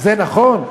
זה נכון?